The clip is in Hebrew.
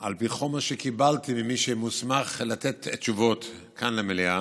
על פי חומר שקיבלתי ממי שמוסמך לתת תשובות כאן במליאה.